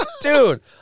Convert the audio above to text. dude